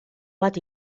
bat